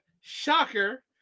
Shocker